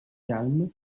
calmes